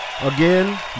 Again